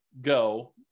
go